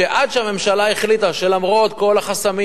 שעד שהממשלה החליטה שלמרות כל החסמים,